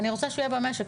אני רוצה שהיא יהיה במשק,